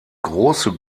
große